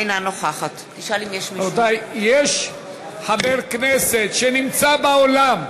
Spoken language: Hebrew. אינה נוכחת רבותי, יש חבר כנסת שנמצא באולם,